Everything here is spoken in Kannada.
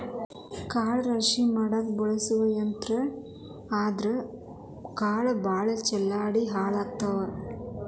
ಕಾಳ ರಾಶಿ ಮಾಡಾಕ ಬಳಸು ಯಂತ್ರಾ ಆದರಾ ಕಾಳ ಭಾಳ ಚಲ್ಲಾಡಿ ಹಾಳಕ್ಕಾವ